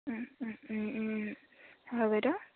হয় বাইদেউ